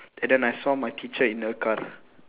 and then I saw my teacher in the car